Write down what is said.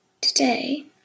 today